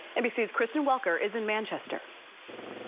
nbc's kristen welker is in manchester city.